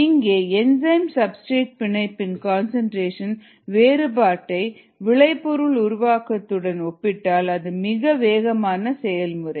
இங்கே enzyme substrate பிணைப்பின் concentration வேறுபாட்டை விளைபொருள் உருவாக்கத்துடன் ஒப்பிட்டால் அது மிக வேகமான செயல் முறை